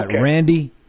randy